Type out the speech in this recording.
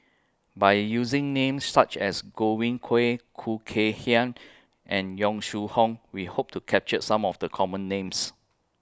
By using Names such as Godwin Koay Khoo Kay Hian and Yong Shu Hoong We Hope to capture Some of The Common Names